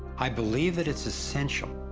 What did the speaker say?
i believe, that it's essential,